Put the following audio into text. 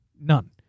None